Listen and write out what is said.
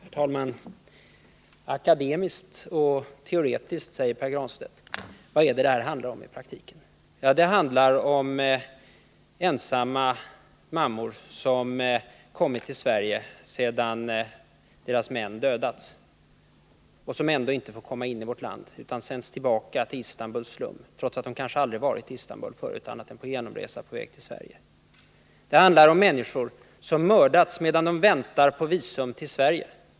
Herr talman! Akademiskt och teoretiskt, säger Pär Granstedt. Vad är det som det här handlar om i praktiken? Ja, det handlar om ensamma mammor, som kommit till Sverige sedan deras män dödats och som ändå inte får komma in i vårt land utan sänds tillbaka till Istanbuls slum, trots att de kanske aldrig varit i Istanbul förut annat än på genomresa på väg till Sverige. Det handlar om människor som mördats medan de väntade på visum till Sverige.